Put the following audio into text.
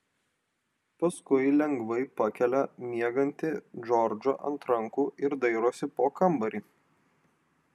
paskui lengvai pakelia miegantį džordžą ant rankų ir dairosi po kambarį